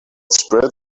spread